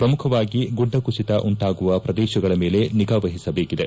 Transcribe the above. ಪ್ರಮುಖವಾಗಿ ಗುದ್ಡ ಕುಸಿತ ಉಂಟಾಗುವ ಪ್ರದೇಶಗಳ ಮೇಲೆ ನಿಗಾವಹಿಸಬೇಕಿದೆ